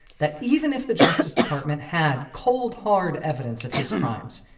that even if the justice department had cold hard evidence of his crimes,